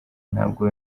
ntabwo